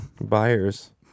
Buyers